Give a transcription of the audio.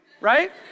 Right